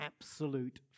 absolute